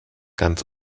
ganz